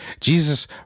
Jesus